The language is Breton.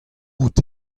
out